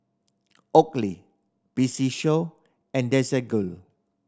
Oakley P C Show and Desigual